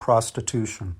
prostitution